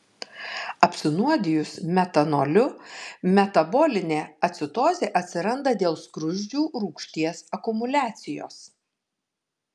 apsinuodijus metanoliu metabolinė acidozė atsiranda dėl skruzdžių rūgšties akumuliacijos